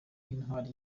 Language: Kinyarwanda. nk’intwari